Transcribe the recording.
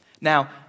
Now